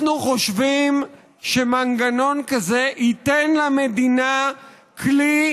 אנחנו חושבים שמנגנון כזה ייתן למדינה כלי